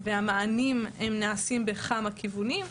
קהילה ואשפוז, והמענים נעשים בכמה כיוונים.